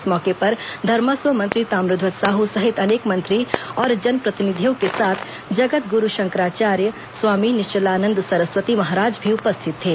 इस मौके पर धर्मस्व मंत्री ताम्रध्वज साहू सहित अनेक मंत्री और जनप्रतिनिधियों के के साथ जगत् गुरू शंकराचार्य स्वामी निश्चलानंद सरस्वती महाराज भी उपस्थित थे